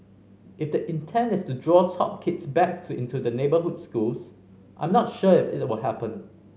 if the intent is to draw top kids back into the neighbourhood schools I'm not sure if it will happen